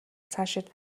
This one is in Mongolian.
цаашид